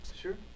Sure